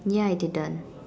ya I didn't